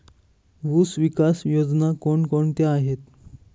ऊसविकास योजना कोण कोणत्या आहेत?